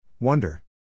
Wonder